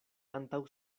antaŭ